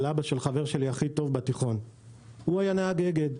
אבא של החבר הטוב ביותר שלי בתיכון שהיה נהג אגד.